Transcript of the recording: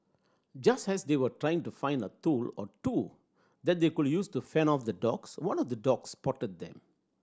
just as they were trying to find a tool or two that they could use to fend off the dogs one of the dogs spotted them